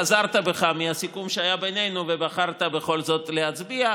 חזרת בך מהסיכום שהיה בינינו ובחרת בכל זאת להצביע,